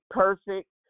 perfect